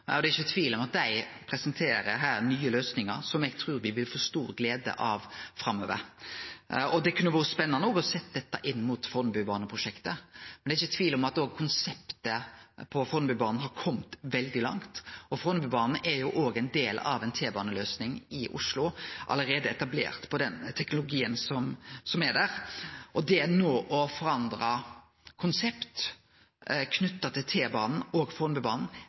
og det er ikkje tvil om at dei her presenterer nye løysingar som eg trur me vil få stor glede av framover. Det kunne vore spennande å ha sett dette inn mot Fornebubane-prosjektet, men det er ikkje tvil om at konseptet for Fornebubanen har kome veldig langt. Fornebubanen er jo òg ein del av ei T-baneløysing i Oslo som allereie er etablert på den teknologien som er der, og det no å forandre konsept knytt til T-banen og